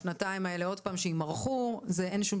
השנתיים האלה עוד פעם שהן יימרחו ולזה אין שום